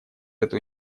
эту